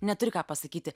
neturi ką pasakyti